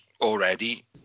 already